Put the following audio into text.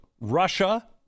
Russia